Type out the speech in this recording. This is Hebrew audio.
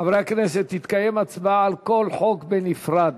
חברי הכנסת, תתקיים הצבעה על כל חוק בנפרד.